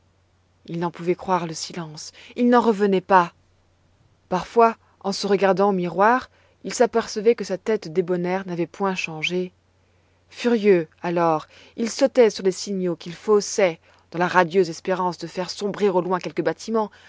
il n'en pouvait croire le silence il n'en revenait pas parfois en se regardant au miroir il s'apercevait que sa tête débonnaire n'avait point changé furieux alors il sautait sur les signaux qu'il faussait dans la radieuse espérance de faire sombrer au loin quelque bâtiment